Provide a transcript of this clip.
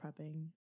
prepping